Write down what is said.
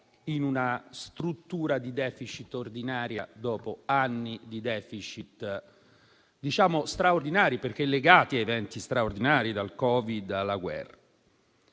in una struttura di *deficit* ordinaria dopo anni di *deficit* straordinari, perché legati a eventi straordinari, dal Covid alla guerra.